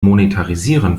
monetarisieren